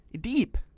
deep